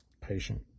patient